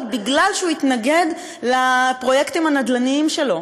מפני שהוא התנגד לפרויקטים הנדל"ניים שלו,